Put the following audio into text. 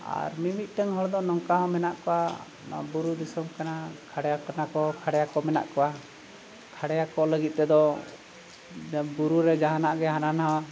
ᱟᱨ ᱢᱤᱼᱢᱤᱫᱴᱟᱝ ᱦᱚᱲ ᱫᱚ ᱱᱚᱝᱠᱟ ᱦᱚᱸ ᱢᱮᱱᱟᱜ ᱠᱚᱣᱟ ᱱᱚᱣᱟ ᱵᱩᱨᱩ ᱫᱤᱥᱚᱢ ᱠᱟᱱᱟ ᱠᱷᱟᱲᱭᱟ ᱠᱟᱱᱟ ᱠᱚ ᱠᱷᱟᱲᱭᱟᱠᱚ ᱢᱮᱱᱟᱜ ᱠᱚᱣᱟ ᱠᱷᱟᱲᱭᱟ ᱠᱚ ᱞᱟᱹᱜᱤᱫ ᱛᱮᱫᱚ ᱵᱩᱨᱩ ᱨᱮ ᱡᱟᱦᱟᱱᱟᱜ ᱜᱮ ᱦᱟᱱᱟ ᱱᱟᱣᱟ